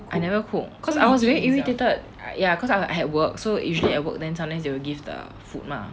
I never cook cause I was very irritated ya cause I have work so usually at work then sometimes they will give the food mah